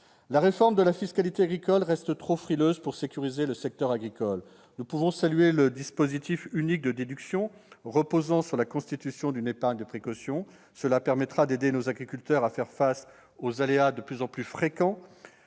La réforme de la fiscalité agricole reste trop frileuse pour sécuriser le secteur agricole. Nous pouvons saluer le dispositif unique de déduction reposant sur la constitution d'une épargne de précaution. Cela permettra d'aider nos agriculteurs à faire face aux aléas de plus en plus fréquents